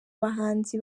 bahanzi